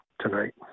tonight